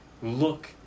look